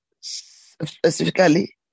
specifically